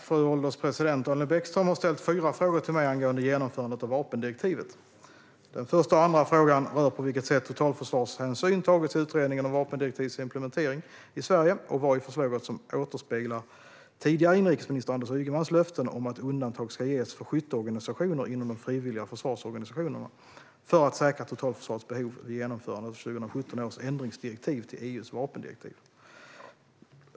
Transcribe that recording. Fru ålderspresident! Daniel Bäckström har ställt fyra frågor till mig angående genomförandet av vapendirektivet. Den första och andra frågan rör på vilket sätt totalförsvarshänsyn tagits i utredningen om vapendirektivets implementering i Sverige och vad i förslaget som återspeglar tidigare inrikesminister Anders Ygemans löften om att undantag ska ges för skytteorganisationer inom de frivilliga försvarsorganisationerna för att säkra totalförsvarets behov vid genomförandet av 2017 års ändringsdirektiv till EU:s vapendirektiv.